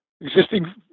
existing